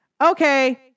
okay